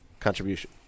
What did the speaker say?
contribution